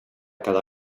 cada